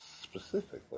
specifically